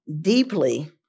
deeply